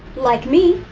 like me,